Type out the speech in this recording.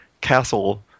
Castle